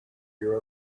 you